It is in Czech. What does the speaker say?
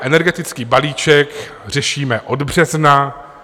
Energetický balíček řešíme od března.